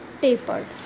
tapered